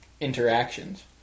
interactions